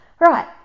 right